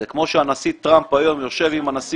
זה כמו שהנשיא טרמפ יושב היום עם הנשיא